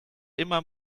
immer